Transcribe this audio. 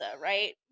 right